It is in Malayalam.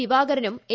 ദിവാകരനും എ